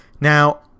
Now